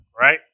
right